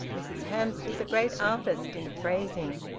mrs hamps was a great artist in phrasing.